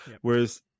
Whereas